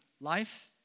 life